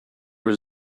was